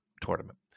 tournament